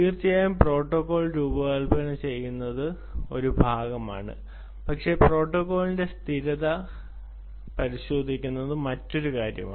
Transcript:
തീർച്ചയായും പ്രോട്ടോക്കോൾ രൂപകൽപ്പന ചെയ്യുന്നത് ഒരു ഭാഗമാണ് പക്ഷേ പ്രോട്ടോക്കോളിന്റെ സ്ഥിരത പരിശോധിക്കുന്നത് മറ്റൊരു കാര്യമാണ്